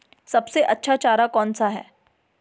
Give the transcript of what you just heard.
सबसे अच्छा चारा कौन सा है?